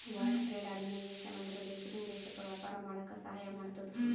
world trade organisation ಅಂದುರ್ ದೇಶದಿಂದ್ ದೇಶಕ್ಕ ವ್ಯಾಪಾರ ಮಾಡಾಕ ಸಹಾಯ ಮಾಡ್ತುದ್